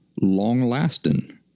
long-lasting